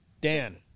dan